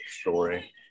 story